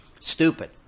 stupid